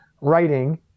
writing